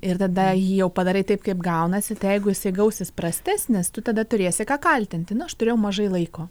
ir tada jį jau padarai taip kaip gaunasi tai jeigu jisai gausis prastesnis tu tada turėsi ką kaltinti nu aš turėjau mažai laiko